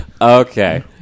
Okay